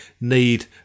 need